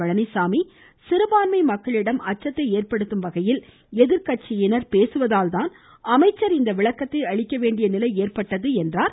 பழனிச்சாமி சிறுபான்மை மக்களிடம் அச்சத்தை ஏற்படுத்தும் வகையில் எதிர்கட்சியினர் பேசுவதால் தான் அமைச்சர் இந்த விளக்கத்தை அளிக்கவேண்டிய நிலை ஏற்பட்டது என்றார்